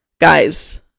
guys